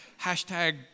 Hashtag